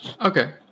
Okay